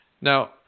now